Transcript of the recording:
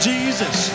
Jesus